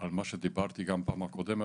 על מה שדיברתי גם פעם הקודמת,